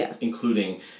including